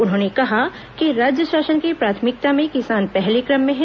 उन्होंने कहा कि राज्य शासन की प्राथमिकता में किसान पहले क्रम में हैं